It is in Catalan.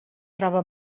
troba